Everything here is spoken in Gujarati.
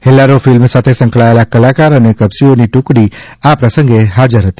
હેલ્લારો ફિલ્મ સાથે સંકળાયેલા કલાકાર અને કસબીઓની ટુકડી આ પ્રસંગે હાજર હતી